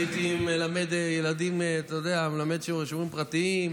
הייתי מלמד ילדים שיעורים פרטיים,